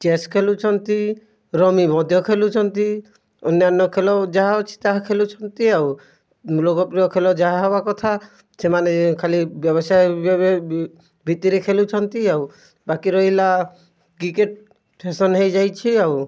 chess ଖେଲୁଛନ୍ତି rummy ମଧ୍ୟ ଖେଲୁଛନ୍ତି ଅନ୍ୟାନ୍ୟ ଖେଳ ଯାହା ଅଛି ତାହା ଖେଲୁଛନ୍ତି ଆଉ ଲୋକପ୍ରିୟ ଖେଲ ଯାହା ହେବା କଥା ସେମାନେ ଖାଲି ବ୍ୟବସାୟ ଭିତରେ ଖେଲୁଛନ୍ତି ଆଉ ବାକି ରହିଲା କ୍ରିକେଟ୍ ଫ୍ୟାସନ୍ ହୋଇଯାଇଛି ଆଉ